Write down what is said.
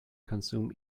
consume